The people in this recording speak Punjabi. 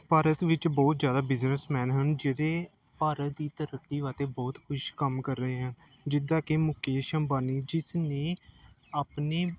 ਭਾਰਤ ਵਿੱਚ ਬਹੁਤ ਜ਼ਿਆਦਾ ਬਿਜਨਸਮੈਨ ਹਨ ਜਿਹੜੇ ਭਾਰਤ ਦੀ ਤਰੱਕੀ ਵਾਸਤੇ ਬਹੁਤ ਕੁਝ ਕੰਮ ਕਰ ਰਹੇ ਹਨ ਜਿੱਦਾਂ ਕਿ ਮੁਕੇਸ਼ ਅੰਬਾਨੀ ਜਿਸ ਨੇ ਆਪਣੇ